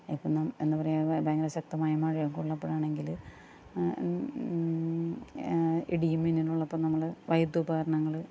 ഇപ്പം നമ്മൾ എന്താ പറയുക ഭയങ്കര ശക്തമായ മഴയൊക്കെ ഉള്ളപ്പോഴാണെങ്കില് ഇടിയും മിന്നലുമുള്ളപ്പോൾ നമ്മള് വൈദ്യുപകരണങ്ങള്